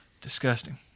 Disgusting